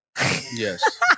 Yes